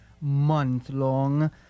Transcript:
month-long